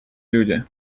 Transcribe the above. люди